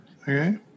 okay